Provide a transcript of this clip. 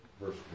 verse